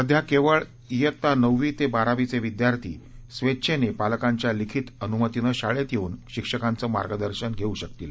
सध्या केवळ ईयत्ता नववी ते बारावीचे विद्यार्थी स्वेच्छेने पालकांच्या लिखित अनुमतीनं शाळेत येऊन शिक्षकांचं मार्गदर्शन घेऊ शकतील